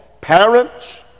parents